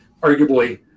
arguably